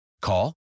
Call